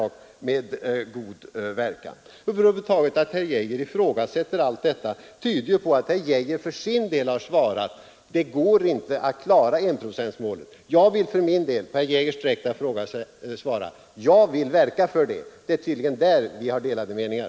Att herr Geijer över huvud taget ifrågasätter allt detta, tyder på att herr Geijer för sin del har svarat att det inte går att klara enprocentsmålet. På herr Geijers direkta fråga vill jag svara att jag vill verka för det. Det är tydligen där vi har delade meningar.